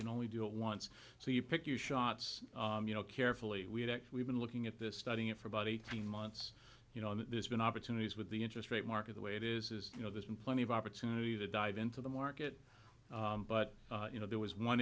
can only do it once so you pick your shots you know carefully we've been looking at this studying it for about eighteen months you know there's been opportunities with the interest rate market the way it is is you know there's been plenty of opportunity to dive into the market but you know there was one